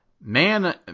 Man